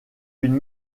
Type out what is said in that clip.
une